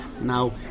Now